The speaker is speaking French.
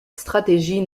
stratégie